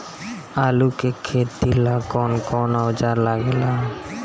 आलू के खेती ला कौन कौन औजार लागे ला?